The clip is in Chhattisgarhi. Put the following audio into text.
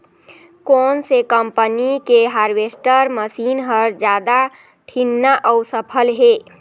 कोन से कम्पनी के हारवेस्टर मशीन हर जादा ठीन्ना अऊ सफल हे?